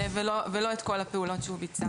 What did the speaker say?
לא את כל הפעולות שהוא ביצע.